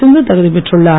சிந்து தகுதி பெற்றுள்ளார்